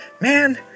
man